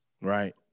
Right